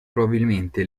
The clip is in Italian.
probabilmente